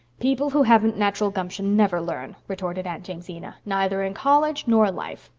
people who haven't natural gumption never learn, retorted aunt jamesina, neither in college nor life.